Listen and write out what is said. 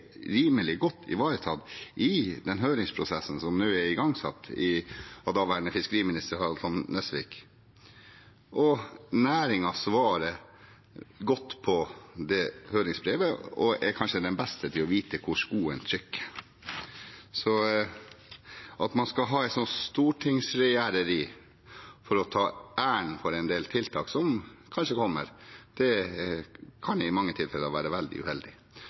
rimelig godt ivaretatt i den høringsprosessen som ble igangsatt av daværende fiskeriminister Harald Tom Nesvik. Næringen svarer godt på høringsbrevet, og er kanskje den beste til å vite hvor skoen trykker. Så at man skal ha et sånt stortingsregjereri for å ta æren for en del tiltak som kanskje kommer, kan i mange tilfeller være veldig uheldig.